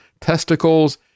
testicles